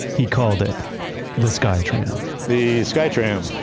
he called it the sky tram the sky tram.